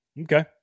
Okay